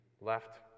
left